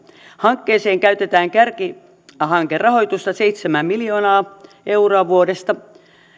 hankkeeseen käytetään kärkihankerahoitusta seitsemän miljoonaa euroa